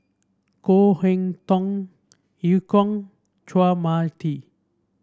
Koh Eu Kong Chua Tee